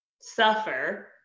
suffer